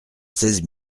seize